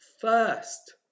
first